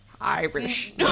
Irish